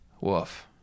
woof